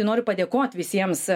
noriu padėkot visiems